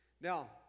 Now